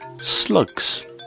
slugs